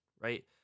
right